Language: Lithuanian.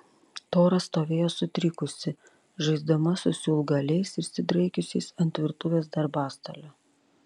tora stovėjo sutrikusi žaisdama su siūlgaliais išsidraikiusiais ant virtuvės darbastalio